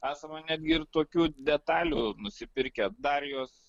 esama netgi ir tokių detalių nusipirkę dar jos